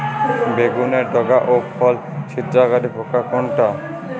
বেগুনের ডগা ও ফল ছিদ্রকারী পোকা কোনটা?